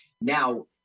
Now